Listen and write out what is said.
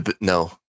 no